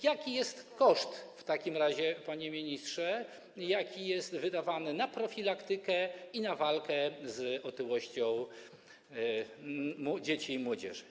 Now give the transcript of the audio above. Jaki jest koszt w takim razie, panie ministrze, jeżeli chodzi o środki wydawane na profilaktykę i na walkę z otyłością dzieci i młodzieży?